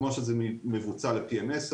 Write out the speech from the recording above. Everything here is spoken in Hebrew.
כמו שזה מבוצע ל- PM10,